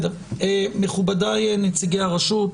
מכובדיי נציגי הרשות,